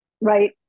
Right